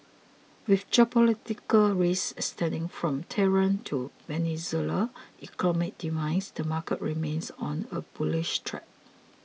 with geopolitical risk extending from Tehran to Venezuela's economic demise the market remains on a bullish track